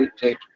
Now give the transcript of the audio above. take